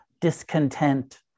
discontent